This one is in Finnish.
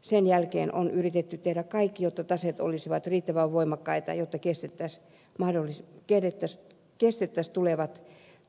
sen jälkeen on yritetty tehdä kaikki jotta taseet olisivat riittävän voimakkaita jotta kestettäisiin tulevat